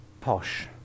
posh